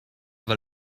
that